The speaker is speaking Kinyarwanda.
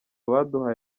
baduhaye